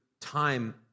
time